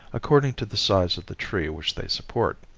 according to the size of the tree which they support.